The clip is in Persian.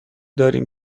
داریم